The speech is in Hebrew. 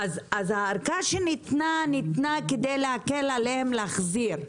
אז הארכה שניתנה, ניתנה כדי להקל עליהם להחזיר.